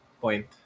point